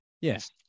Yes